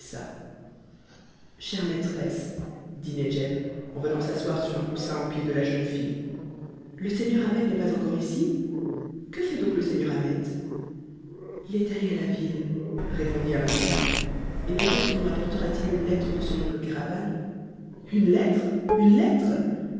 chère maîtresse dit nedjeb en venant s'asseoir sur un coussin aux pieds de la jeune fille le seigneur ahmet n'est pas encore ici que fait donc le seigneur ahmet il est allé à la ville répondit amasia et peut-être nous rapportera t il une lettre de son oncle kéraban une lettre une lettre